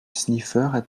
sniffer